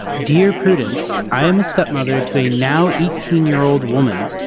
dear prudence i am a stepmother to a now eighteen year old woman.